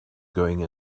going